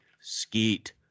skeet